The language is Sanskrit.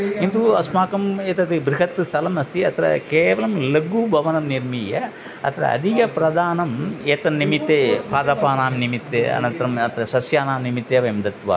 किन्तु अस्माकम् एतत् बृहत् स्थलम् अस्ति अत्र केवलं लघु भवनं निर्मीय अत्र अधिकं प्राधान्यम् एतन्निमित्ते पादपानां निमित्ते अनन्तरम् अत्र सस्यानां निमित्ते वयं दत्वा